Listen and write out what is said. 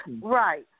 Right